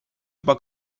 juba